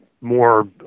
more